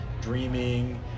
dreaming